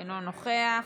אינו נוכח.